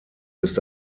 ist